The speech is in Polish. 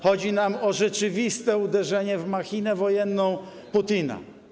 Chodzi nam o rzeczywiste uderzenie w machinę wojenną Putina.